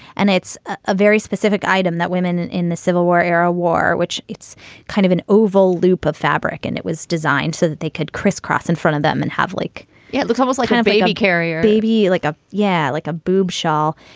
and it's a very specific item that women in the civil war era wore, which it's kind of an oval loop of fabric. and it was designed so that they could crisscross in front of them and have like it looks almost like a kind of baby carrier, baby like a. yeah, like a boob shawl.